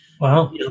Wow